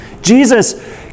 Jesus